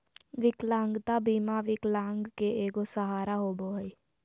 विकलांगता बीमा विकलांग के एगो सहारा होबो हइ